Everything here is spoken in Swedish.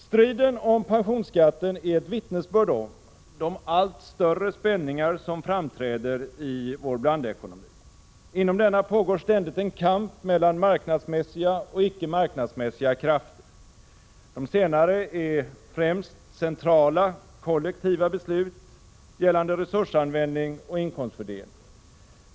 Striden om pensionsskatten är ett vittnesbörd om de allt större spänningar som framträder i vår blandekonomi. Inom denna pågår ständigt en kamp mellan marknadsmässiga och icke marknadsmässiga krafter. De senare är främst centrala, kollektiva beslut gällande resursanvändning och inkomstfördelning.